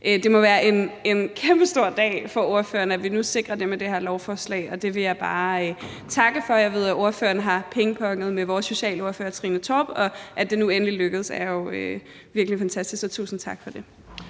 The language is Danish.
Det må være en kæmpestor dag for ordføreren, når vi nu sikrer det med det her lovforslag. Det vil jeg bare takke for. Jeg ved, at ordføreren har pingponget med vores socialordfører, Trine Torp, og at det nu endelig lykkes, er jo virkelig fantastisk. Så tusind tak for det.